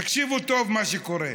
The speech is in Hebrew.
תקשיבו טוב מה שקורה: